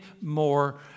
more